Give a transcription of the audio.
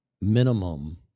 minimum